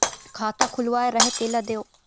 खाता खुलवाय रहे तेला देव?